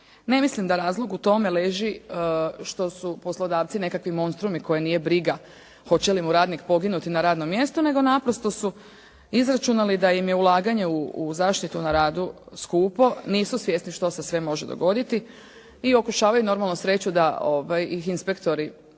Ne mislim da razlog u tome leži što su poslodavci nekakvi monstrumi koje nije briga hoće li mu radnik poginuti na radnom mjestu nego naprosto su izračunali da im je ulaganje u zaštitu na radu skupo, nisu svjesni što se sve može dogoditi i okušavaju normalno sreću da ih inspektori, da